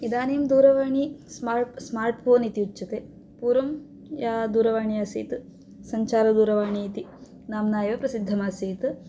इदानीं दूरवाणी smart smart phone इति उच्यते पूर्वं या दूरवाणी आसीत् सञ्चारदूरवाणी इति नाम्ना एव प्रसिद्धमासीत्